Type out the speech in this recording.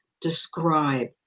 describe